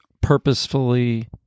purposefully